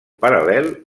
paral·lel